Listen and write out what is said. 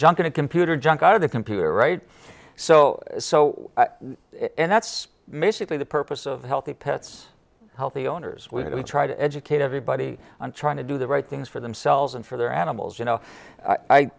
and computer junk out of the computer right so so and that's mystically the purpose of healthy pets healthy owners we try to educate everybody on trying to do the right things for themselves and for their animals you know i